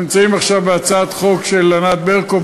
אנחנו נמצאים עכשיו בהצעת חוק של ענת ברקו.